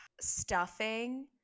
stuffing